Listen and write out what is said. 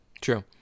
True